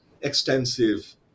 extensive